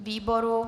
Výboru?